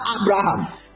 Abraham